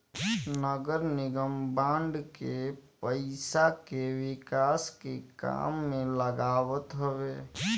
नगरनिगम बांड के पईसा के विकास के काम में लगावत हवे